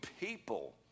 people